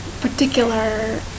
particular